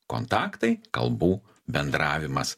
kontaktai kalbų bendravimas